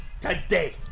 Today